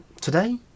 today